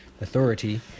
authority